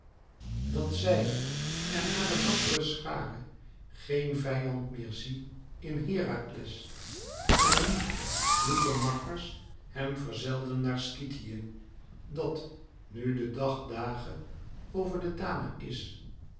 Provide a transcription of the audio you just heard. dat zij en hare dappere schare geen vijand meer zie in herakles en wie kloeke makkers hem verzelden naar skythië dat nu de dag dage over den tanaïs en